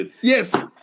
Yes